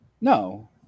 No